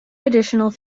additional